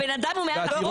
הבן אדם הוא מעל החוק?